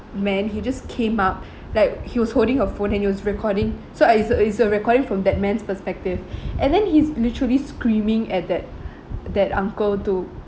man he just came up like he was holding a phone and he was recording so I it's a it's a recording from that man's perspective and then he's literally screaming at that that uncle to